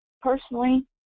personally